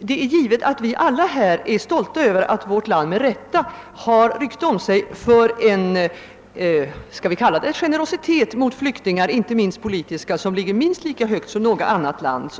Det är givet att vi alla är stolta över att vårt land med rätta har rykte om sig för generositet mot flyktingar, inte minst mot politiska, en generositet som är minst lika stor som något annat lands.